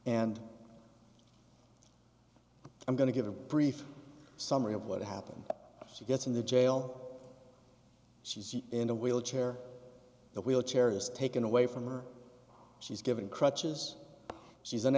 and i'm going to give a brief summary of what happened she gets in the jail she's in a wheelchair the wheelchair is taken away from her she's given crutches she's